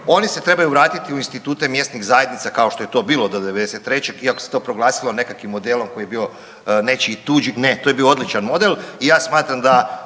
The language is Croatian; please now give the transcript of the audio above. oni se trebaju vratiti u institute mjesnih zajednica kao što je to bilo do '93. iako se to proglasilo nekakvim modelom koji je bio nečiji tuđi, ne, to je bio odlučan model i ja smatram da